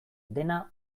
dena